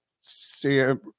Sam